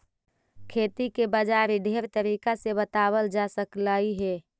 खेती के बाजारी ढेर तरीका से बताबल जा सकलाई हे